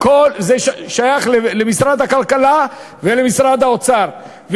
זה שייך למשרד הכלכלה ולמשרד האוצר,